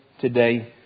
today